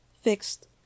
fixed